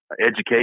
education